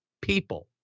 people